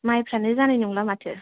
माइफ्रानो जानाय नंला माथो